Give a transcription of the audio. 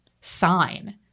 sign